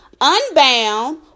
unbound